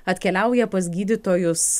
atkeliauja pas gydytojus